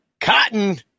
Cotton